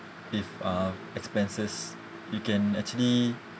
if uh expenses you can actually